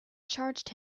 charged